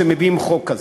שמביאים חוק כזה.